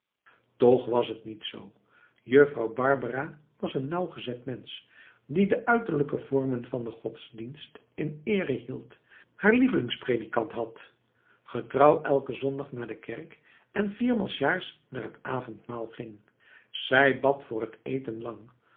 toch was het niet zoo juffrouw barbara was een nauwgezet mensch die de uiterlijke vormen van den godsdienst in eere hield haar lievelingspredikant had getrouw elken zondag naar de kerk en viermaal s jaars naar t avondmaal ging zij bad voor het eten